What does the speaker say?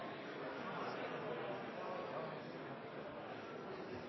kan